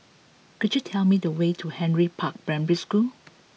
could you tell me the way to Henry Park Primary School